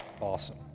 Awesome